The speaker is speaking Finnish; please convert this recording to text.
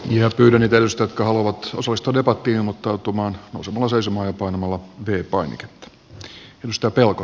jos tyylitellystä kauaksi suistodebattia mutta tummaan sumuun seisomoja arvoisa puhemies